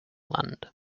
land